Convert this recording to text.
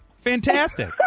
fantastic